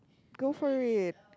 go for it